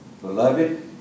Beloved